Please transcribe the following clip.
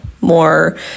more